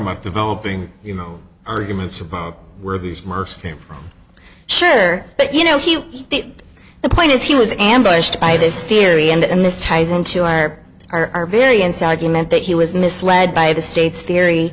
about developing you know arguments about where these marks came sure but you know he the point is he was ambushed by this theory and this ties into our our variance argument that he was misled by the state's theory